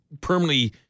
permanently